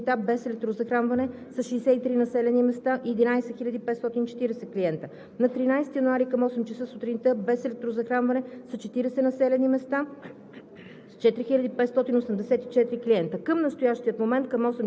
и 15 252 клиента. На 12 януари към 8,00 ч. сутринта без електрозахранване са 63 населени места и 11 540 клиента. На 13 януари към 8,00 ч. сутринта без електрозахранване са 40 населени места